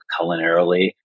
culinarily